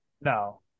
No